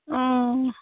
অঁ